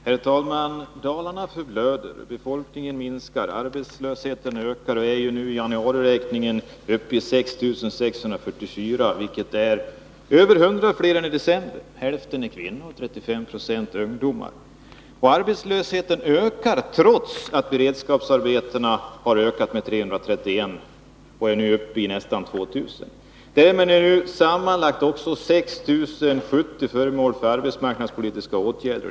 Herr talman! Dalarna förblöder. Befolkningen minskar. Antalet arbetslösa ökar och är i januariräkningen uppe i 6 644, vilket är över 100 fler än i december. Hälften är kvinnor, och 35 96 är ungdomar. Och arbetslösheten har stigit trots att beredskapsarbetena har ökat med 331 och f. n. är uppe i nästan 2000. Därmed är nu sammanlagt 6070 människor föremål för arbetsmarknadspolitiska åtgärder.